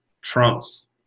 Trump's